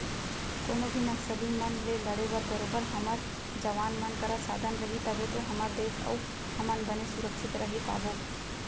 कोनो भी नक्सली मन ले लड़े बर बरोबर हमर जवान मन करा साधन रही तभे तो हमर देस अउ हमन बने सुरक्छित रहें पाबो